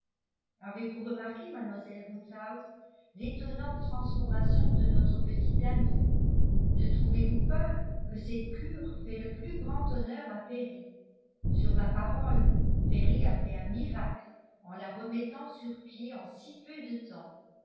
avez-vous remarqué mademoiselle woodhouse l'étonnante transformation de notre petite amie ne trouvez-vous pas que cette cure fait le plus grand honneur à perry sur ma parole perry a fait un miracle en la remettant sur pied en si peu de temps